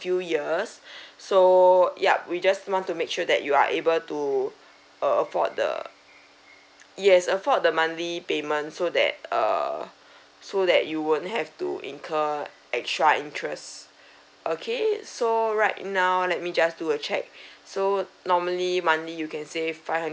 few years so yup we just want to make sure that you are able to afford the yes afford the monthly payment so that err so that you won't have to incur extra interest okay so right now let me just do a check so normally monthly you can save five hundred